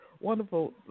wonderful